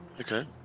okay